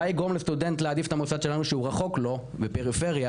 תודה, פרופ'